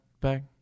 back